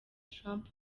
trump